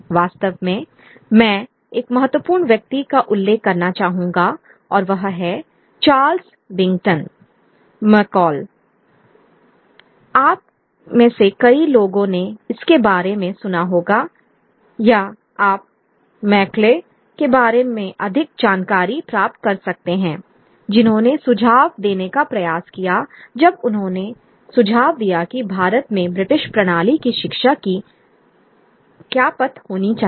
वास्तव में मैं एक महत्वपूर्ण व्यक्ति का उल्लेख करना चाहूंगा और वह है चार्ल्स बिंगटन मैकॉले आप में से कई लोगों ने इसके बारे में सुना होगा या आप मैकॉले के बारे में अधिक जानकारी प्राप्त कर सकते हैं जिन्होंने सुझाव देने का प्रयास किया जब उन्होंने सुझाव दिया कि भारत में ब्रिटिश प्रणाली की शिक्षा की क्या पथ होनी चाहिए